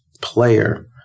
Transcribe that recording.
player